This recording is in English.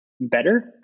better